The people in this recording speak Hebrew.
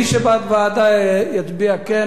מי שבעד ועדה, יצביע כן.